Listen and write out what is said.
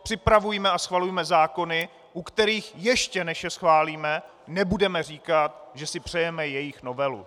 Připravujme a schvalujme zákony, u kterých ještě než je schválíme, nebudeme říkat, že si přejeme jejich novelu.